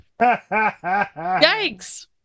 yikes